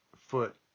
foot